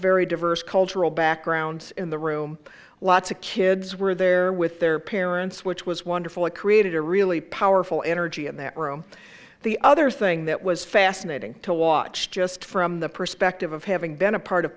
very diverse cultural backgrounds in the room lots of kids were there with their parents which was wonderful it created a really powerful energy in that room the other thing that was fascinating to watch just from the perspective of having been a part of